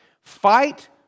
Fight